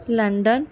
London